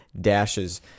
dashes